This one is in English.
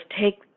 take